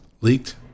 leaked